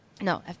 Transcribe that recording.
No